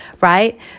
right